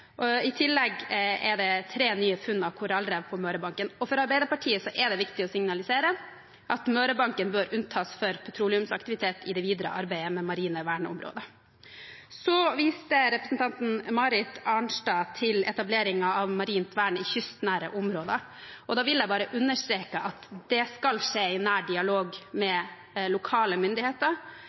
I tillegg er det tre nye funn av korallrev på Mørebankene. For Arbeiderpartiet er det viktig å signalisere at Mørebankene bør unntas for petroleumsaktivitet i det videre arbeidet med marine verneområder. Representanten Marit Arnstad viste til etableringen av marint vern i kystnære områder. Da vil jeg bare understreke at det skal skje i nær dialog med lokale myndigheter,